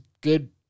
good